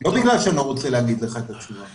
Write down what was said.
לא בגלל שאני לא רוצה להגיד לך את התשובה,